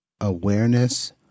awareness